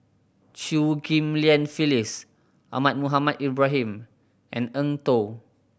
Chew Ghim Lian Phyllis Ahmad Mohamed Ibrahim and Eng Tow